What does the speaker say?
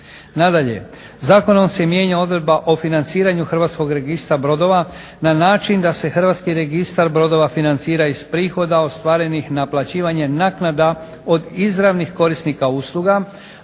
Nadalje, zakonom se mijenja odredba o financiranju HRB -a na način da se HRB financira iz prihoda ostvarenih naplaćivanjem naknada od izravnih korisnika usluga,